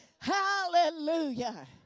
Hallelujah